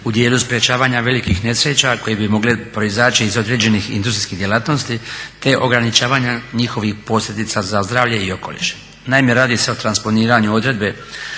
u dijelu sprječavanja velikih nesreća koje bi mogle proizaći iz određenih industrijskih djelatnosti te ograničavanja njihovih posljedica za zdravlje i okoliš. Naime, radi se o transponiranju odredbi